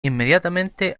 inmediatamente